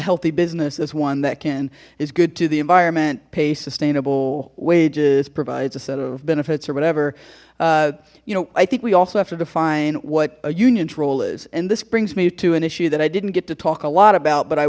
healthy business as one that can is good to the environment pay sustainable wages provides a set of benefits or whatever you know i think we also have to define what a unions role is and this brings me to an issue that i didn't get to talk a lot about but i